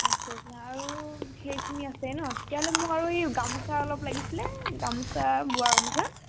আচ্ছা আচ্ছা আৰু সেইখিনি আছে ন তেতিয়াহ'লে মোক আৰু এই গামোচা অলপ লাগিছিলে গামোচা বোৱা গামোচা